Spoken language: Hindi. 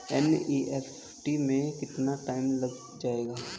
एन.ई.एफ.टी में कितना टाइम लग जाएगा?